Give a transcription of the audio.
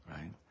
right